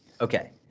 Okay